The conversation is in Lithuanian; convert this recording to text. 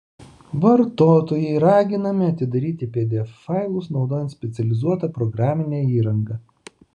vartotojai raginami atidaryti pdf failus naudojant specializuotą programinę įrangą